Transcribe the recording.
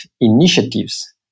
initiatives